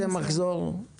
איזה מחזור?